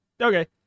Okay